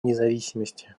независимости